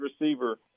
receiver